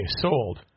sold